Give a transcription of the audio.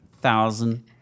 thousand